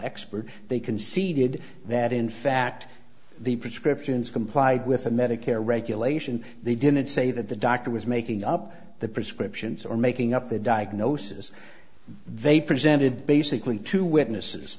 expert they conceded that in fact the prescriptions complied with a medicare regulation they didn't say that the doctor was making up the prescriptions or making up the diagnosis they presented basically two witnesses